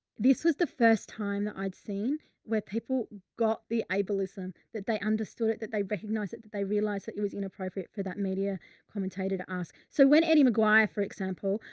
this was the first time that i'd seen where people got the ableism, that they understood it, that they recognize it, that they realized that it was inappropriate for that media commentator to ask. so when eddie mcguire, for example,